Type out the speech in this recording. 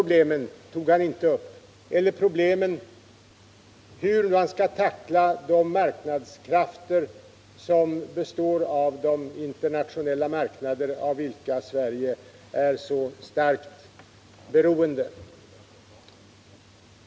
Thage Peterson berörde inte heller problemet hur man skall bemästra marknadskrafterna på de internationella marknader som Sverige är så starkt beroende av.